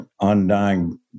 undying